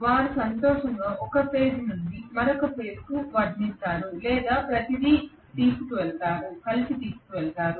వారు సంతోషంగా ఒక ఫేజ్ నుండి మరొక ఫేజ్కు వర్ణిస్తారు లేదా ప్రతిదీ కలిసి తీసుకువెళతారు